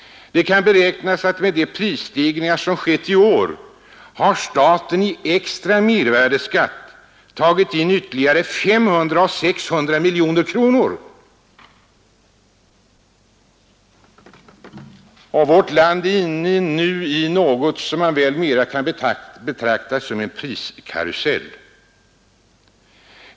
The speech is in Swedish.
Det kan beräknas att med de prisstegringar som skett i år har staten i extra mervärdeskatt tagit in ytterligare 500-600 miljoner kronor. Vårt land är nu inne i något som kan betecknas som en priskarusell.